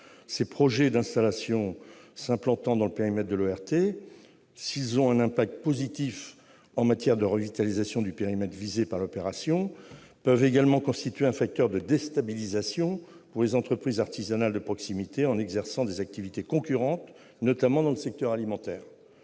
tels projets, lorsqu'ils s'implantent dans le périmètre de l'ORT, ont un impact positif en matière de revitalisation du périmètre visé par l'opération de revitalisation territoriale, mais peuvent également constituer un facteur de déstabilisation pour les entreprises artisanales de proximité en exerçant des activités concurrentes, notamment dans le secteur alimentaire.